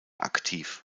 aktiv